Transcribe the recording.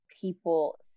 people